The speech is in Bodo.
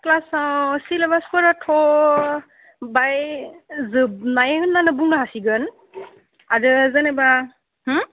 क्लासाव सिलेबासफोराथ' बाहाय जोबनाय होननानै बुंनो हासिगोन आरो जेनेबा